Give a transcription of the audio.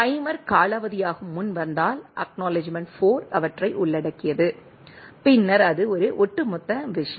timer காலாவதியாகும் முன் வந்தால் ACK 4 அவற்றை உள்ளடக்கியது பின்னர் அது ஒரு ஒட்டுமொத்த விஷயம்